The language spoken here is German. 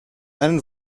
einen